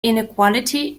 inequality